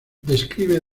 describe